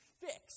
fix